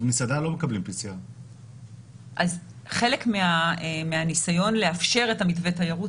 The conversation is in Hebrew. במסעדה לא מקבלים PCR. חלק מהניסיון לאפשר את מתווה התיירות